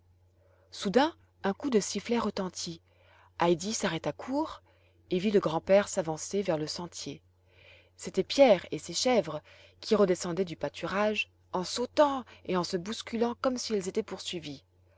soudain un coup de sifflet retentit heidi s'arrêta court et vit le grand-père s'avancer vers le sentier c'était pierre et ses chèvres qui redescendaient du pâturage en sautant et se bousculant comme si elles étaient poursuivies